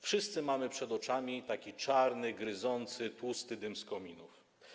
Wszyscy mamy przed oczami taki czarny, gryzący, tłusty dym z kominów.